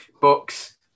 books